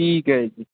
ਠੀਕ ਹੈ ਜੀ